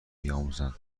بیاموزند